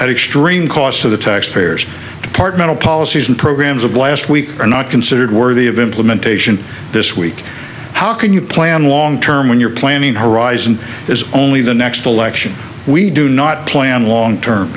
extreme cost to the taxpayers departmental policies and programs of last week are not considered worthy of implementation this week how can you plan long term when your planning horizon is only the next election we do not plan long term